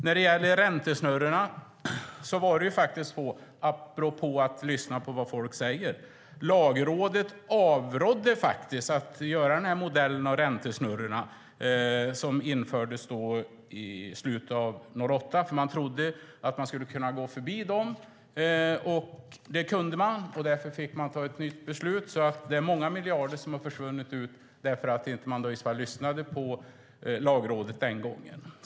När det gäller räntesnurrorna var det faktiskt så, apropå att lyssna på vad folk säger, att Lagrådet avrådde från att göra den modell av räntesnurrorna som infördes i slutet av 2008. Man trodde att man skulle kunna gå förbi dem. Det kunde man, och därför fick man ta ett nytt beslut. Det är många miljarder som har försvunnit ut därför att man inte lyssnade på Lagrådet den gången.